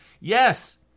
Yes